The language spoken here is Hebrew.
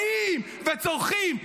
באים וצורחים.